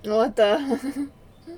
what the